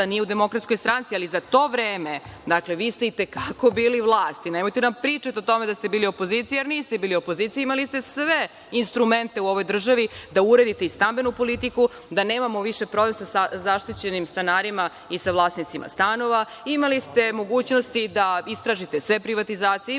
nije u DS, ali za to vreme vi ste i te kako bili vlast. Nemojte da nam pričate o tome da ste bili opozicija, jer niste bili opozicija. Imali ste sve instrumente u ovoj državi da uredite i stambenu politiku, da nemamo više problem sa zaštićenim stanarima i sa vlasnicima stanova. Imali ste mogućnosti da istražite sve privatizacije. Imali ste